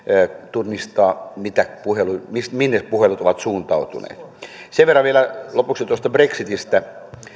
tunnistaa minne puhelut ovat suuntautuneet sen verran vielä lopuksi tuosta brexitistä